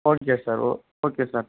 okay sir oh okay sir